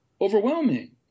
overwhelming